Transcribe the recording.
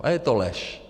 A je to lež.